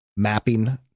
Mapping